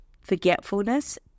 forgetfulness